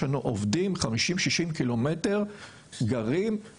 יש לנו עובדים שגרים 50-60 ק"מ מבית